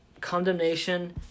condemnation